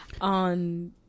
On